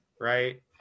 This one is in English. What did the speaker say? right